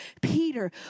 Peter